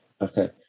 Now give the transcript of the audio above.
Okay